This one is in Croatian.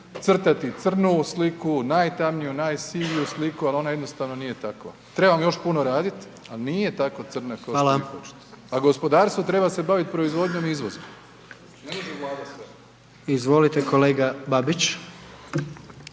crtati crnovu sliku, najtamniju, najsiviju sliku ali ona jednostavno nije takva. Trebamo još puno radit, ali nije tako crna kako ste vi pročitali …/Upadica: Hvala./… a gospodarstvo treba se bavit proizvodnjom i izvozom, ne može Vlada sve.